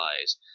lies